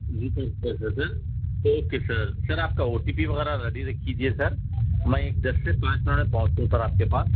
okay sir sir آپ O T P وغیرہ ready رکھ لیجیے سر میں دس سے پانچ منٹ میں پہنچوں گا سر آپ کے پاس